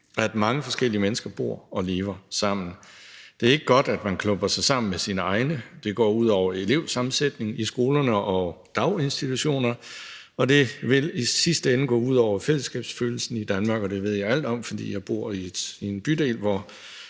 at mange forskellige mennesker bor og lever sammen. Det er ikke godt, at man klumper sig sammen med sine egne. Det går ud over elevsammensætningen i skolerne og daginstitutionerne, og det vil i sidste ende gå ud over fællesskabsfølelsen i Danmark. Det ved jeg alt om, for jeg bor i en bydel,